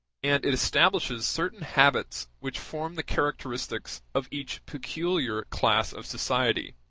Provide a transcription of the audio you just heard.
and it establishes certain habits which form the characteristics of each peculiar class of society